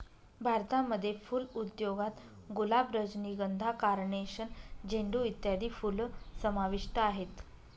भारतामध्ये फुल उद्योगात गुलाब, रजनीगंधा, कार्नेशन, झेंडू इत्यादी फुलं समाविष्ट आहेत